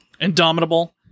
Indomitable